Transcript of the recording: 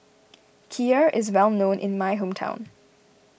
Kheer is well known in my hometown